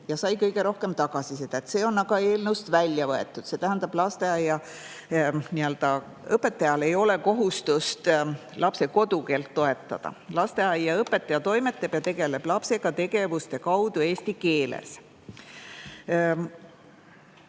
ja sai kõige rohkem tagasisidet, see on aga eelnõust välja võetud. See tähendab, et lasteaiaõpetajal ei ole kohustust lapse kodukeelt toetada, lasteaiaõpetaja toimetab ja tegeleb lapsega tegevuste kaudu eesti keeles.